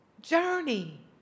journey